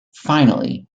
finally